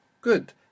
Good